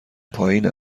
پایین